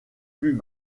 plus